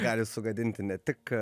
gali sugadinti ne tik